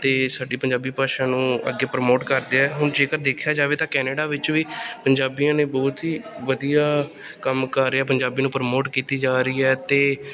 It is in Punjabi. ਅਤੇ ਸਾਡੀ ਪੰਜਾਬੀ ਭਾਸ਼ਾ ਨੂੰ ਅੱਗੇ ਪ੍ਰਮੋਟ ਕਰਦੇ ਹੈ ਹੁਣ ਜੇਕਰ ਦੇਖਿਆ ਜਾਵੇ ਤਾਂ ਕੈਨੇਡਾ ਵਿੱਚ ਵੀ ਪੰਜਾਬੀਆਂ ਨੇ ਬਹੁਤ ਹੀ ਵਧੀਆ ਕੰਮ ਕਰ ਰਹੇ ਆ ਪੰਜਾਬੀ ਨੂੰ ਪ੍ਰਮੋਟ ਕੀਤੀ ਜਾ ਰਹੀ ਹੈ ਅਤੇ